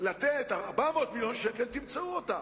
לתת 400 מיליון שקל, תמצאו אותם.